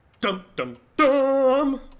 Dum-dum-dum